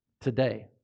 today